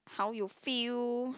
how you feel